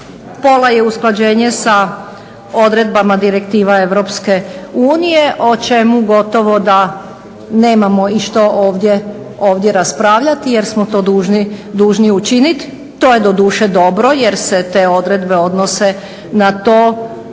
pola je usklađenje sa odredbama direktiva EU o čemu gotovo da nemamo i što ovdje raspravljati jer smo to dužni učiniti. To je doduše dobro jer se te odredbe odnose na to da